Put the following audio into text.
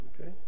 Okay